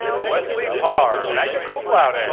wesley parr, magna cum laude. and